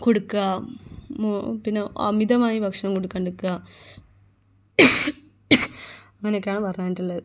കൊടുക്കുക മോ പിന്നെ അമിതമായി ഭക്ഷണം കൊടുക്കാണ്ടിരിക്കുക അങ്ങനെയൊക്കെയാണ് പറഞ്ഞ് തന്നിട്ടുള്ളത്